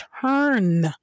turn